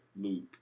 Luke